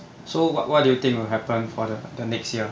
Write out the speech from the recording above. so what what do you think you will happen for the next year